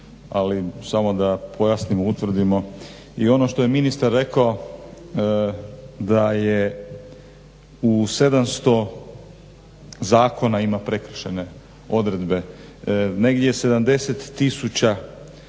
ali samo da pojasnimo, utvrdimo i ono što je ministar rekao da je u 700 zakona ima prekršajne odredbe, negdje 70 000